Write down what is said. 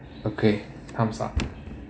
okay time's up